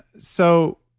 so,